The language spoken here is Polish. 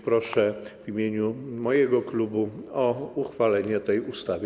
Proszę w imieniu mojego klubu o uchwalenie tej ustawy.